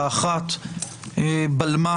האחת בלמה,